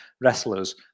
wrestlers